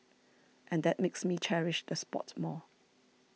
and that makes me cherish the spot more